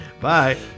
Bye